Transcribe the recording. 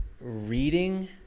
reading